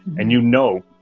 and you know,